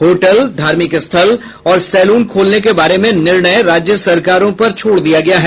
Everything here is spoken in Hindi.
होटल धार्मिक स्थल और सैलून खोलने के बारे में निर्णय राज्य सरकारों पर छोड़ दिया गया है